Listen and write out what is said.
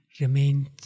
remained